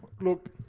Look